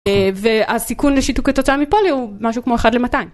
והסיכון לשיתוק כתוצאה מפוליו הוא משהו כמו אחד למאתיים.